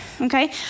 okay